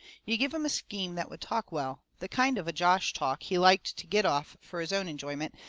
you give him a scheme that would talk well, the kind of a josh talk he liked to get off fur his own enjoyment,